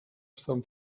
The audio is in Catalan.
estan